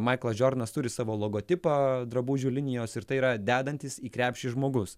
maiklas džordonas turi savo logotipą drabužių linijos ir tai yra dedantis į krepšį žmogus